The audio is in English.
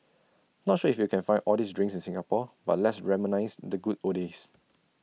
not sure if you can find all these drinks in Singapore but let's reminisce the good old days